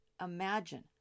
imagine